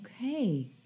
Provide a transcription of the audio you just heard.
Okay